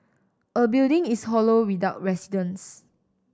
a building is hollow without residents